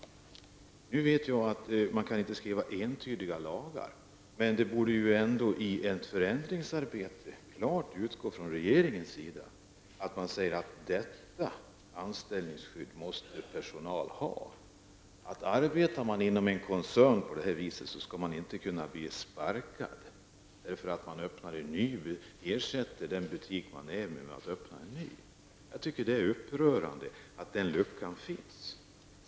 Jag vet att man inte kan skriva entydiga lagar, men regeringen borde ändå i ett förändringsarbete utgå ifrån att fastslå att denna typ av anställningskydd måste personalen ha. Arbetar man inom en koncern skall man inte kunna bli sparkad därför att den gamla butiken ersätts av en ny. Jag tycker att det är upprörande att det finns en sådan lucka i lagstiftningen!